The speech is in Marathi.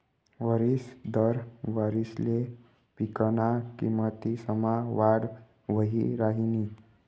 वरिस दर वारिसले पिकना किमतीसमा वाढ वही राहिनी